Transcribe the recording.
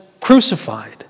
crucified